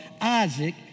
Isaac